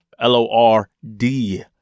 L-O-R-D